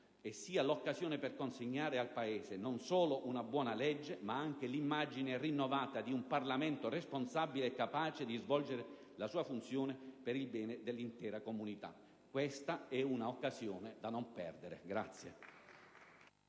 e sia l'occasione per consegnare al Paese, non solo una buona legge, ma anche l'immagine rinnovata di un Parlamento responsabile e capace di svolgere la sua funzione per il bene dell'intera comunità. Questa è un'occasione da non perdere!